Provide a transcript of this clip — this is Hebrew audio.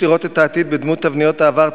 לראות את העתיד בדמות תבניות העבר,